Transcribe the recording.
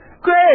Great